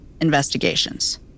investigations